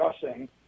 discussing